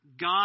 God